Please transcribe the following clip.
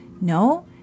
No